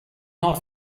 not